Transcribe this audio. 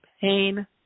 pain